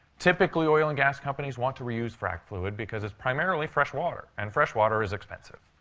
typically, oil and gas companies want to reuse frac fluid because it's primarily fresh water. and fresh water is expensive.